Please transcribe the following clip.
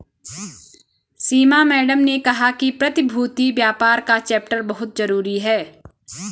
सीमा madam ने कहा कि प्रतिभूति व्यापार का चैप्टर बहुत जरूरी है